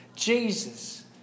Jesus